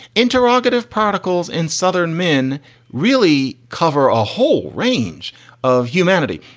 interrogative protocols in southern men really cover a whole range of humanity.